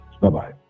Bye-bye